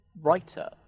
writer